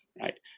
right